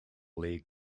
league